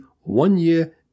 one-year